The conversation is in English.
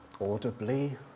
Audibly